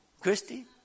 Christy